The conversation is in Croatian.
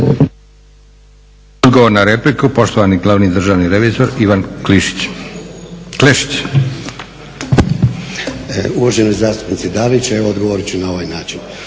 Uvažena zastupnice Dalić, evo odgovorit ću na ovaj način.